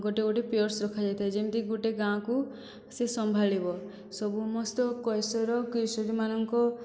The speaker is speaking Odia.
ଗୋଟିଏ ଗୋଟିଏ ପିଅର୍ସ ରଖାଯାଇଥାଏ ଯେମିତି ଗୋଟିଏ ଗାଁକୁସିଏ ସମ୍ଭାଳିବ ସମସ୍ତ କୈଶୋର କିଶୋରୀମାନଙ୍କ